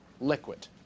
liquid